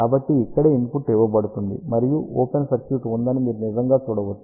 కాబట్టి ఇక్కడే ఇన్పుట్ ఇవ్వబడుతుంది మరియు ఓపెన్ సర్క్యూట్ ఉందని మీరు నిజంగా చూడవచ్చు